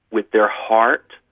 with their heart,